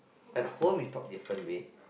at home we talk different way